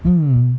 mm